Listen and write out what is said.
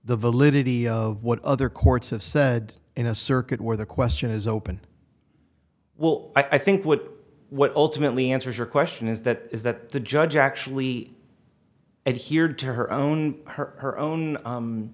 the validity of what other courts have said in a circuit where the question is open well i think what what ultimately answers your question is that the judge actually edge here to her own her her own